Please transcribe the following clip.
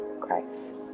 christ